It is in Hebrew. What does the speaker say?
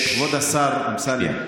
כבוד השר אמסלם,